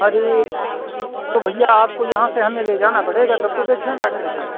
अरे तो भैया आपको यहाँ से हमें ले जाना पड़ेगा तब तो देखेंगे आकर के